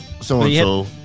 so-and-so